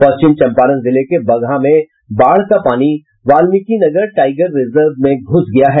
पश्चिम चम्पारण जिले के बगहा में बाढ़ का पानी बाल्मिकीनगर टाईगर रिजर्व में घ्रस गया है